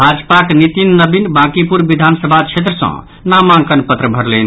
भाजपाक नीतीन नवीन बांकीपुर विधानसभा क्षेत्र सँ नामांकन पत्र भरलनि